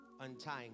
Untying